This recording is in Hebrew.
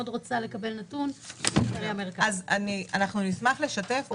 אנחנו נשמח לשתף.